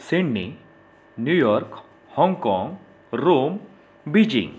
Sydney New York Hong Kong Rome Beijing